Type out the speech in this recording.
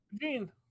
Gene